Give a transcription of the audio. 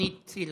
תוכנית ציל"ה.